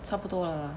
差不多了 lah